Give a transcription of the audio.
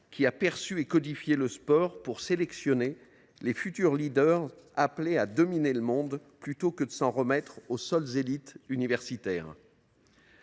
et réglementer le sport pour sélectionner les futurs leaders appelés à dominer le monde, plutôt que de s’en remettre aux seules élites universitaires.